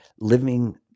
living